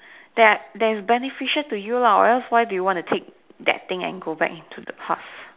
that are that is beneficial to you lah or else why do you want to take that thing and go back into the past